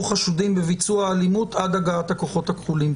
חשודים בביצוע אלימות עד הגעת הכוחות הכחולים?